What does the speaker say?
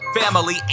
family